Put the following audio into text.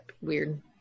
Weird